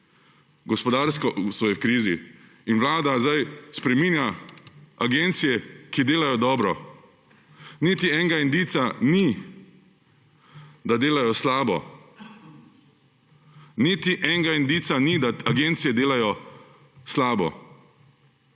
gospodarstvo je v krizi in vlada zdaj spreminja agencije, ki delajo dobro. Niti enega indica ni, da delajo slabo. Niti enega indica ni, da agencije delajo slabo.